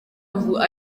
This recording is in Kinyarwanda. ubu